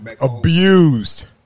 abused